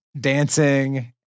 dancing